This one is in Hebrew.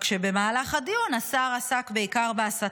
רק שבמהלך הדיון השר עסק בעיקר בהסתה,